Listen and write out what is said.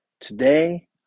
Today